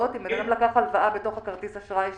לקח הלוואה בתוך כרטיס האשראי שלו,